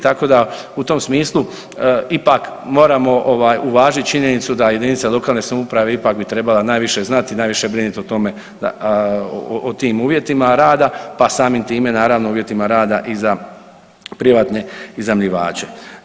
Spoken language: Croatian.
Tako da u tom smislu ipak moramo uvažiti činjenicu da jedinica lokalne samouprave ipak bi trebala najviše znati i najviše brinut o tome, o tim uvjetima rada, pa samim time naravno i uvjetima rada i za privatne iznajmljivače.